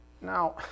Now